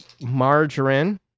margarine